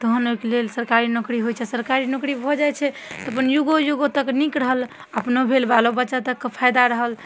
तहन ओहिके लेल सरकारी नौकरी होइ छनि सरकारी नौकरी भऽ जाइ छै तऽ अपन युगो युगो तक नीक रहल अपनो भेल बालोबच्चा तकके फाइदा रहल